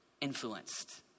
influenced